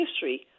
history